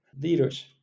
leaders